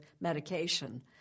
medication